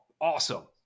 awesome